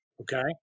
okay